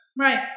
Right